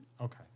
Okay